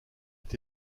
est